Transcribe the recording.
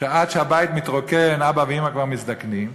עד שהבית מתרוקן האבא והאימא כבר מזדקנים,